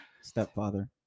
stepfather